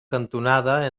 cantonada